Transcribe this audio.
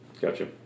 Gotcha